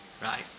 Right